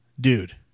dude